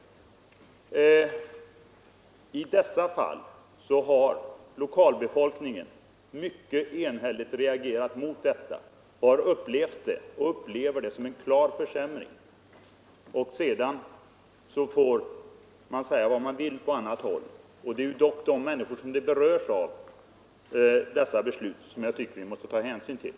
I dessa fall har lokalbefolkningen enhälligt reagerat mot tidtabellsläggningen och upplever den som en klar försämring — sedan får man säga vad man vill på annat håll. Det är dock de människor som berörs av dessa beslut som man måste ta hänsyn till.